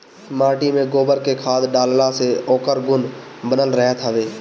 माटी में गोबर के खाद डालला से ओकर गुण बनल रहत हवे